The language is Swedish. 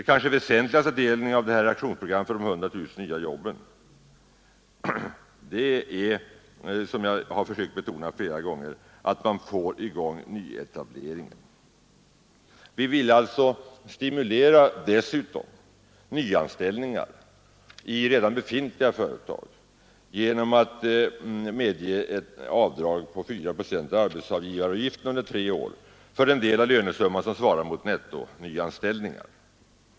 Den kanske väsentligaste delen i aktionsprogrammet för de 100 000 nya jobben är, som jag har försökt betona flera gånger, att man får till stånd nyetableringar. Vi vill dessutom stimulera nyanställningar i redan befintliga företag genom att medge ett avdrag på 4 procent av arbetsgivaravgiften under tre år för den lönesumma som svarar mot nettonyanställningar.